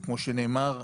כמו שנאמר,